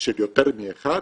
של יותר מאחד,